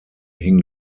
hing